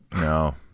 no